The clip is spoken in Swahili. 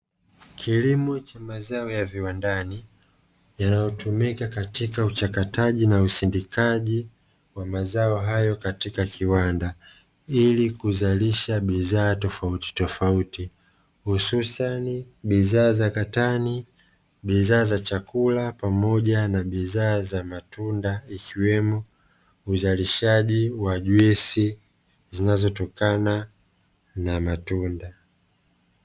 Kilimo cha mazao ya viwandani yanayotumika katika uchakataji wa na usindikaji wa mazao hayo katika kiwanda ili kuzalisha bidhaa tofauti tofauti, hususani bidhaa za katani, chakula pamoja na bidhaa za matunda ikiwemo uzalishaji wa juisi zinazotokana na matunda.